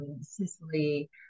Sicily